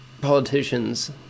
politicians